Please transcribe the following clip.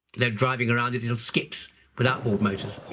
they're driving around the little skips without board motors,